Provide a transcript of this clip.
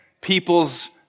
people's